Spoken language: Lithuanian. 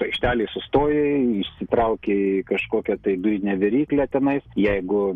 aikštelėj sustojai išsitraukei kažkokią tai dujinę viryklę tenais jeigu